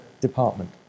department